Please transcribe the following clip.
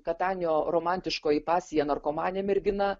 katanio romantiškoji pasija narkomanė mergina